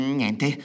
niente